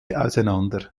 auseinander